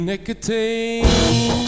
Nicotine